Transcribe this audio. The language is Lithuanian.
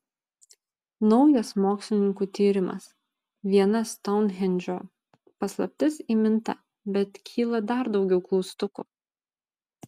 naujas mokslininkų tyrimas viena stounhendžo paslaptis įminta bet kyla dar daugiau klaustukų